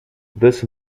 this